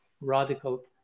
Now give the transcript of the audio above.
Radical